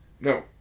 No